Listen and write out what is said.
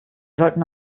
sollten